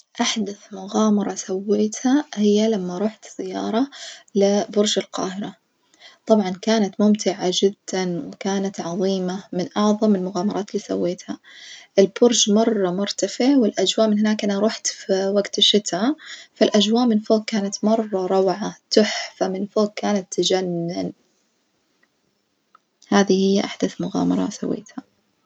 أحدث مغامرة سويتها هي لما روحت زيارة لبرج القاهرة، طبعًا كانت ممتعة جدًا وكانت عظيمة من أعظم المغامرات اللي سويتها، البرج مرة مرتفع والأجواء من هناك أنا روحت في وجت الشتاء، فالأجواء من فوج كانت مرة روعة تححفة من فوج كانت تجنن، هذي هي أحدث مغامرة سويتها.